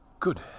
Good